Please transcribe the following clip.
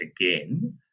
again